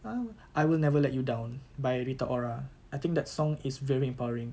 ah I will never let you down by rita ora I think that song is very empowering